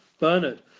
Bernard